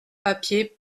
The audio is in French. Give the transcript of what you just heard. papier